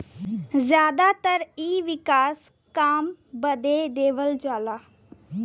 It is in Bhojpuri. जादातर इ विकास काम बदे देवल जाला